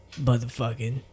motherfucking